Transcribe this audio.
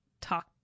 talk